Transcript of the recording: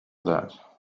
that